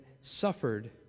suffered